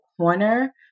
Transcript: corner